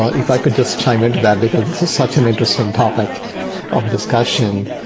ah if i could just chime into that, because this is such an interesting topic of discussion.